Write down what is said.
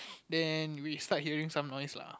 then we start hearing some noise lah